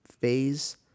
phase